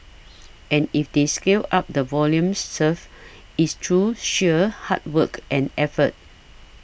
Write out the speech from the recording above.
and if they scale up the volume served it's through sheer hard work and effort